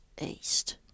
east